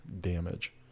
damage